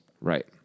Right